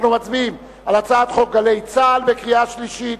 אנחנו מצביעים על הצעת חוק גלי צה"ל בקריאה שלישית.